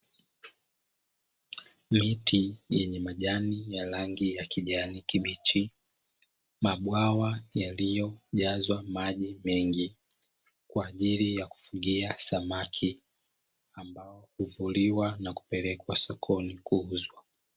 Miti yenye majani ya rangi ya kijani kibichi, mabwawa yaliyojazwa maji mengi, kwa ajili ya kufugia samaki, ambao huvuliwa na kupelekwa sokoni kuuzwa.